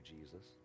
Jesus